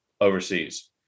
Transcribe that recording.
overseas